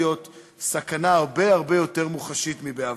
וגם לעלות על הכביש הפך להיות סכנה הרבה הרבה יותר מוחשית מבעבר.